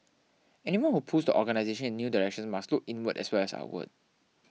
anyone who pulls the organisation in new directions must look inward as well as outward